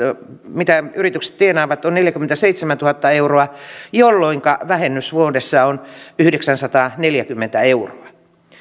mitä yritykset tienaavat on neljäkymmentäseitsemäntuhatta euroa jolloinka vähennys vuodessa on yhdeksänsataaneljäkymmentä euroa